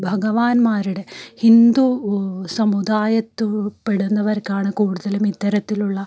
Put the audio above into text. ഭഗവാൻമാരുടെ ഹിന്ദു സമുദായത്തിൽപ്പെടുന്നവർക്കാണ് കൂടുതലും ഇത്തരത്തിലുള്ള